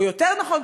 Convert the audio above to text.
או יותר נכון,